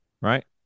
right